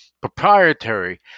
proprietary